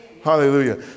Hallelujah